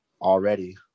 already